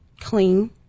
clean